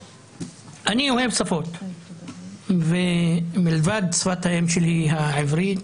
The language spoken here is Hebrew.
אני אוהב שפות ומלבד שפת האם שלי הערבית,